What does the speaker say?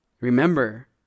Remember